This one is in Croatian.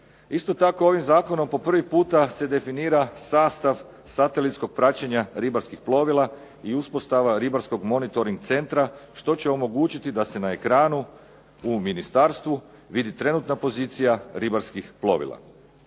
Isto tako, ovim zakonom po prvi puta se definira sastav satelitskog praćenja ribarskih plovila i uspostava ribarskog monitoring centra što će omogućiti da se na ekranu u ministarstvu vidi trenutna pozicija ribarskih plovila.